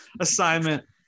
assignment